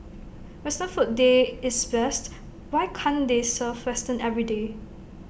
western food day is best why can they serve western everyday